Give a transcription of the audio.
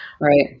Right